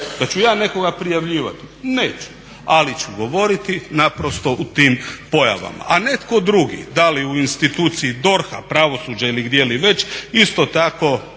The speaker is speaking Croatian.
Da ću ja nekoga prijavljivati, neću, ali ću govoriti naprosto o tim pojavama. A netko drugi, da li u instituciji DORH-a, pravosuđa ili gdje već isto tako